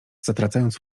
zatracając